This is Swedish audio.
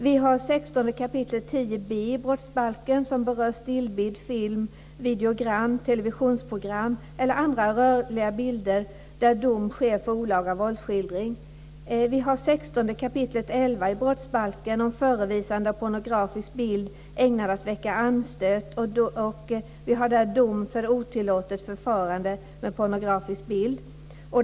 Vi har 16 kap. 10 b § brottsbalken, som berör stillbild, film, videogram, televisionsprogram eller andra rörliga bilder. Straff kan enligt denna paragraf utdömas för olaga våldsskildring. Vi har 16 kap. 11 § i brottsbalken om förevisande av pornografisk bild ägnad att väcka anstöt. Straff kan utdömas för otillåtet förfarande med pornografisk bild.